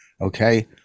Okay